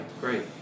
great